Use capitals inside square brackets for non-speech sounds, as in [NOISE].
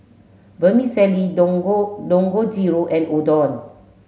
Vermicelli [UNINTELLIGIBLE] Dangojiru and Udon